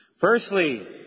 Firstly